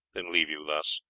than leave you thus.